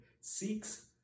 seeks